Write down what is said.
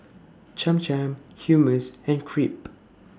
Cham Cham Hummus and Crepe